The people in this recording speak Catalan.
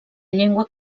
llengua